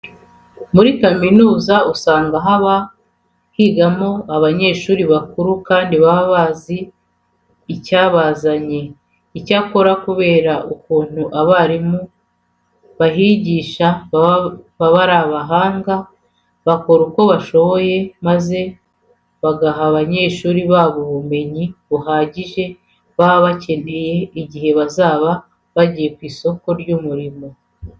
Muri kaminuza usanga haba higamo abanyeshuri bakuru kandi baba bazi icyabazanye. Icyakora kubera ukuntu abarimu bahigisha baba ari abahanga, bakora uko bashoboye maze bagaha abanyeshuri babo ubumenyi buhagije baba bazakenera igihe bazaba bagiye ku isoko ry'umurimo.